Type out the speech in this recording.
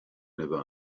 never